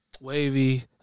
wavy